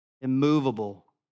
immovable